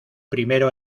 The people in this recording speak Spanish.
primero